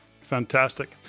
fantastic